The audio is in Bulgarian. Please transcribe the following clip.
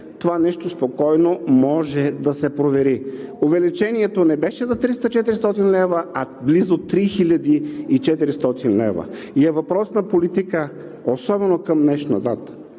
Това нещо спокойно може да се провери. Увеличението не беше за 300 – 400 лв., а близо 3400 лв. И е въпрос на политика, особено към днешна дата,